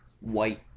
white